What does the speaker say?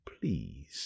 please